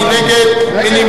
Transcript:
מי נגד?